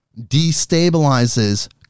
destabilizes